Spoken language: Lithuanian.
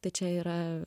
tai čia yra